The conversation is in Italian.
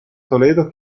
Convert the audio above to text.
toledo